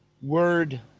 word